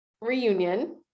reunion